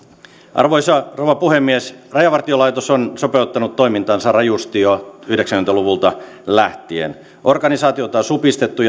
arvoisa rouva puhemies rajavartiolaitos on sopeuttanut toimintaansa rajusti jo yhdeksänkymmentä luvulta lähtien organisaatiota on supistettu